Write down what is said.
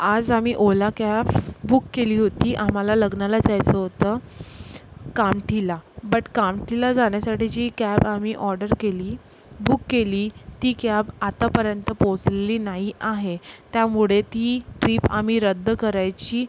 आज आम्ही Ola cab book केली होती आम्हाला लग्नाला जायचं होतं कामठीला बट कामठीला जाण्यासाठी जी कॅब आम्ही ऑडर केली बुक केली ती कॅब आतापर्यंत पोचलेली नाही आहे त्यामुळे ती ट्रीप आम्ही रद्द करायची